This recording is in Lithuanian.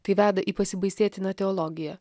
tai veda į pasibaisėtiną teologiją